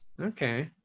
Okay